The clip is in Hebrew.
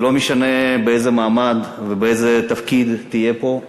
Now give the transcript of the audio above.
ולא משנה באיזה מעמד ובאיזה תפקיד תהיה פה,